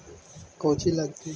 कौची लगतय?